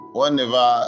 whenever